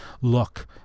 look